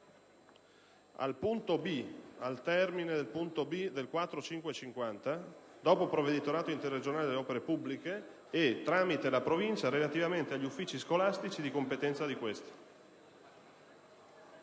avvalendosi del competente provveditorato interregionale alle opere pubbliche e tramite la provincia relativamente agli uffici scolastici di competenza di questa.»;